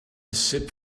sip